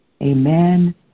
Amen